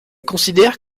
considère